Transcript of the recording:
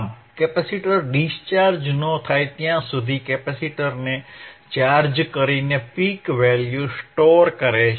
આમ capacitor discharge ન થાય ત્યાં સુધી કેપેસિટરને ચાર્જ કરીને પીક વેલ્યુ સ્ટોર કરે છે